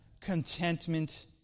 contentment